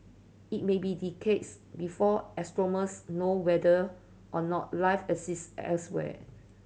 it may be decades before astronomers know whether or not life exists elsewhere